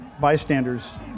bystanders